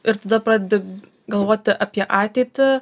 ir tada pradedi galvoti apie ateitį